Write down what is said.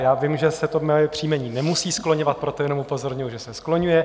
Já vím, že se to moje příjmení nemusí skloňovat, proto jenom upozorňuji, že se skloňuje.